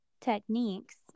techniques